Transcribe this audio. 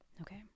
okay